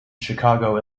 chicago